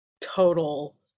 total